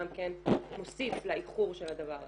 גם כן מוסיף לאיחור של הדבר הזה.